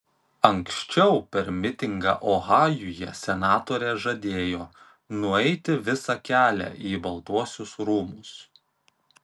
anksčiau per mitingą ohajuje senatorė žadėjo nueiti visą kelią į baltuosius rūmus